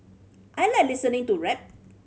I like listening to rap